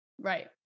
Right